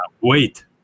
wait